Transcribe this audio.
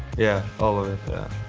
yeah, all of it,